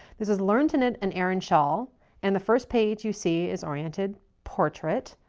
this is learn to knit an aran shawl and the first page you see is oriented portrait.